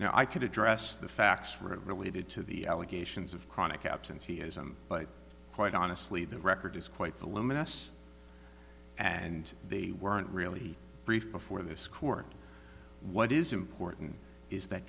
now i could address the facts related to the allegations of chronic absenteeism but quite honestly the record is quite the luminous and they weren't really brief before this court what is important is that